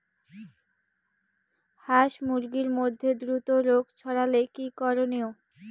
হাস মুরগির মধ্যে দ্রুত রোগ ছড়ালে কি করণীয়?